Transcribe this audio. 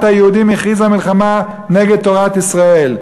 היהודים הכריזה מלחמה נגד תורת ישראל.